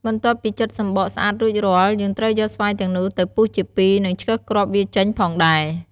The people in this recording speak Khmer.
បន្ទាប់ពីចិតសំំបកស្អាតរួចរាល់ យើងត្រូវយកស្វាយទាំងនោះទៅពុះជាពីរ និងឆ្កឹះគ្រាប់វាចេញផងដែរ។